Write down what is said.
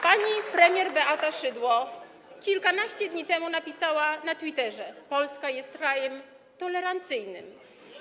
Pani premier Beata Szydło kilkanaście dni temu napisała na Twitterze: Polska jest krajem tolerancyjnym.